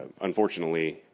Unfortunately